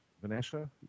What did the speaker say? Vanessa